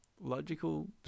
Logical